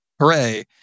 Hooray